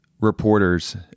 reporters